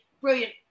brilliant